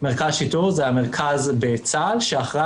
מרכז שיטור הוא המרכז בצה"ל שאחראי